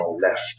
left